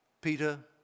Peter